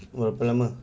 !wah! berapa lama